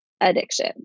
addiction